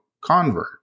convert